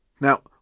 Now